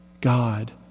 God